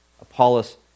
Apollos